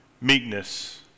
meekness